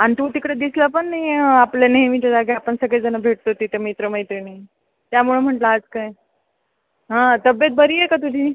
आणि तू तिकडे दिसला पण नाही आपल्या नेहमीच्या जागी आपण सगळेजण भेटतो तिथं मित्र मैत्रिणी त्यामुळे म्हटलं आज काय हां तब्येत बरी आहे का तुझी